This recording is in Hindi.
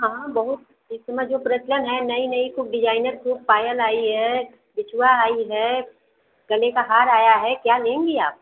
हाँ हाँ बहुत इस समय जो प्रचलन है नई नई ख़ूब डिजाइनर ख़ूब पायल आई है बिछुआ आई है गले का हार आया है क्या लेंगी आप